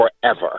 forever